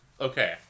Okay